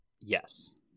Yes